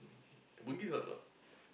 bugis got or not